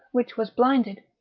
which was blinded,